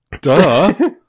Duh